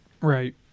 Right